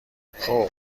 خوب